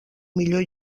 millor